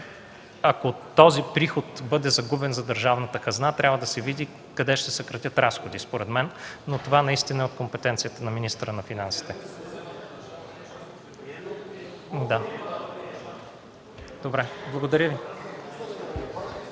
Ако този приход бъде загубен за държавната хазна трябва да се види къде ще се съкратят разходи според мен, но това наистина е от компетенцията на министъра на финансите. Благодаря Ви.